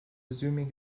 resuming